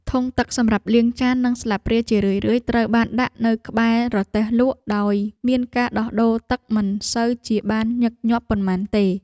ធុងទឹកសម្រាប់លាងចាន និងស្លាបព្រាជារឿយៗត្រូវបានដាក់នៅក្បែររទេះលក់ដោយមានការដោះដូរទឹកមិនសូវជាបានញឹកញាប់ប៉ុន្មានទេ។